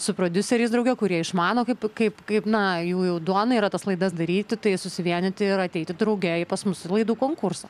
su prodiuseriais drauge kurie išmano kaip kaip kaip na jų jau duona yra tas laidas daryti tai susivienyti ir ateiti drauge pas mus į laidų konkursą